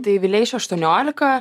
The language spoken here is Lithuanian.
tai vileišio aštuoniolika